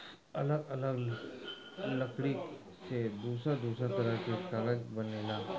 अलग अलग लकड़ी से दूसर दूसर तरह के कागज बनेला